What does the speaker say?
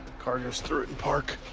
car just threw it in park,